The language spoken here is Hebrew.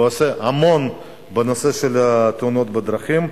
ועושה המון בנושא של תאונות הדרכים,